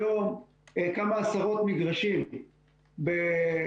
היום כמה עשרות מגרשים בחורה,